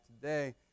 today